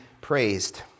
praised